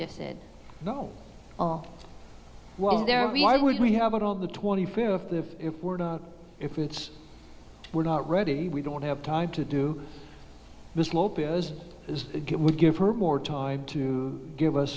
just said no all was there why would we have it on the twenty fifth if it were not if it's we're not ready we don't have time to do mrs lopez is it would give her more time to give us